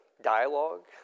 dialogue